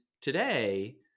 today